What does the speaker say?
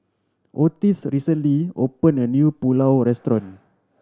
Otis recently opened a new Pulao Restaurant